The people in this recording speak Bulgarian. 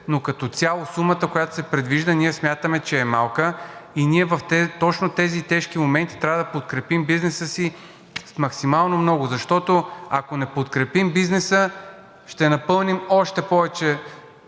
но като цяло сумата, която се предвижда, ние смятаме, че е малка. Точно в тези тежки моменти ние трябва да подкрепим бизнеса си с максимално много, защото, ако не подкрепим бизнеса, ще напълним още повече